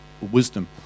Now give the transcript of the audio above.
wisdom